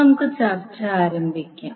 നമുക്ക് ചർച്ച ആരംഭിക്കാം